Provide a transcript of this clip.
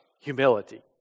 Humility